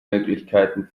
möglichkeiten